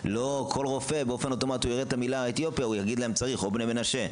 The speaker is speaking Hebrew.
הרופא לא יגיד אוטומטית שצריך לכל בן העדה האתיופית או בן מנשה.